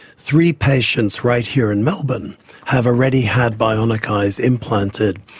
three patients right here in melbourne have already had bionic eyes implanted,